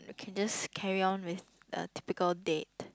uh can just carry on with a typical date